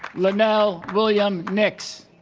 lenell william nix